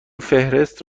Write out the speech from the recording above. فهرست